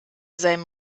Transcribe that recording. seinem